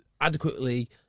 adequately